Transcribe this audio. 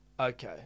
Okay